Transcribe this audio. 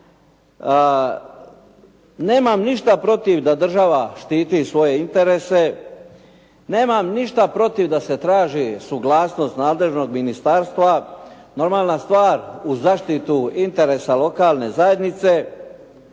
Nemam ništa protiv da država štiti svoje interese, nemam ništa protiv da se traži suglasnost nadležnog ministarstva. Normalna stvar, u zaštitu interesa lokalne zajednice